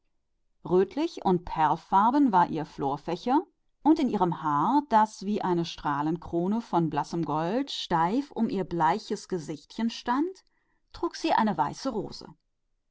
und perlenfalben war ihr großer gazefächer und in ihrem haar das wie eine aureole aus blassem golde steif um ihr bleiches kleines gesichtchen stand trug sie eine herrliche weiße rose